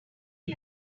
why